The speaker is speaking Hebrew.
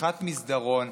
שיחת מסדרון,